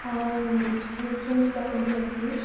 ଆଉ ଜିନିଷ ଯାକ ବି ଆସିଛି